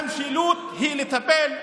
המשילות היא לטפל בעוני,